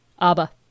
abba